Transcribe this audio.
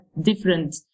different